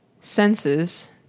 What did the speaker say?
senses